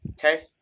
Okay